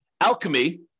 alchemy